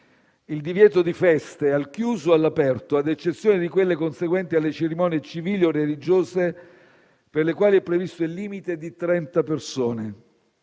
il divieto di feste, al chiuso o all'aperto, ad eccezione di quelle conseguenti alle cerimonie civili o religiose, per le quali è previsto il limite di trenta persone;